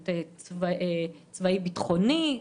צבאי-ביטחוני,